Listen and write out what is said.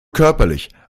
körperlich